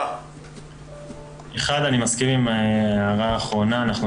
אני מסכים עם ההערה האחרונה,